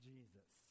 Jesus